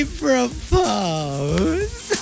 propose